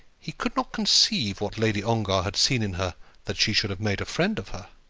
he could not conceive what lady ongar had seen in her that she should have made a friend of her.